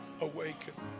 awaken